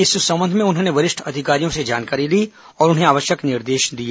इस संबंध में उन्होंने वरिष्ठ अधिकारियों से जानकारी ली और उन्हें आवश्यक निर्देश दिए